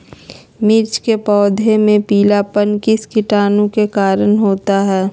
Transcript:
मिर्च के पौधे में पिलेपन किस कीटाणु के कारण होता है?